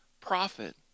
profit